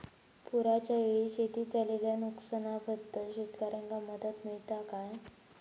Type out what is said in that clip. पुराच्यायेळी शेतीत झालेल्या नुकसनाबद्दल शेतकऱ्यांका मदत मिळता काय?